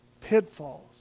pitfalls